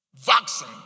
vaccine